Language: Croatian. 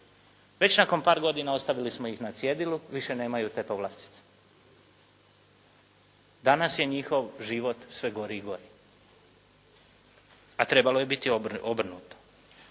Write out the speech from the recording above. Već nakon par godina ostavili smo ih na cjedilu, više nemaju te povlastice. Danas je njihov život sve gori i gori a trebalo je biti obrnuto.